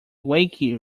wakey